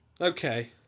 Okay